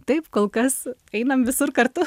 taip kol kas einam visur kartu